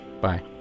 Bye